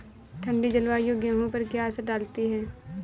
ठंडी जलवायु गेहूँ पर क्या असर डालती है?